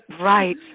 Right